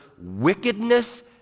wickedness